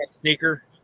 sneaker